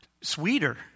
sweeter